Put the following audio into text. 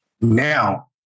Now